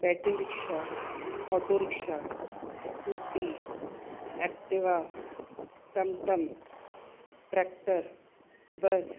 battery rickshaw auto rickshaw scooty Activa टमटम tractor बस